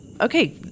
okay